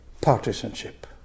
partisanship